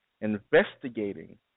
investigating